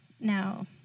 Now